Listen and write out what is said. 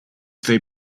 they